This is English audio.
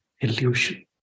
illusion